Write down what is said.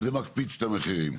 זה מקפיץ את המחירים.